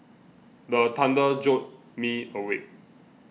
the thunder jolt me awake